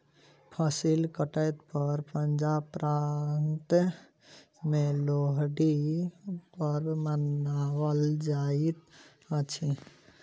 फसिल कटै पर पंजाब प्रान्त में लोहड़ी पर्व मनाओल जाइत अछि